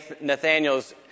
Nathaniel's